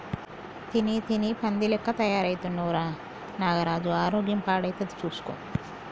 తిని తిని పంది లెక్క తయారైతున్నవ్ రా నాగరాజు ఆరోగ్యం పాడైతది చూస్కో